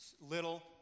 little